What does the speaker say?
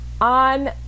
on